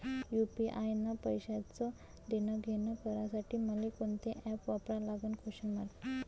UPI न पैशाचं देणंघेणं करासाठी मले कोनते ॲप वापरा लागन?